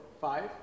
five